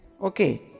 Okay